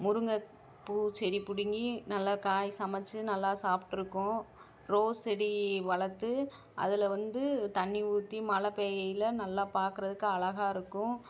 முருங்கைப் பூ செடி பிடுங்கி நல்லா காய் சமைச்சு நல்லா சாப்பிட்ருக்கோம் ரோஸ் செடி வளர்த்து அதில் வந்து தண்ணி ஊற்றி மழை பேயயில் நல்லா பார்க்குறதுக்கு அழகா இருக்கும்